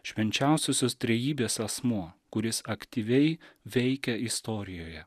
švenčiausiosios trejybės asmuo kuris aktyviai veikia istorijoje